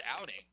outing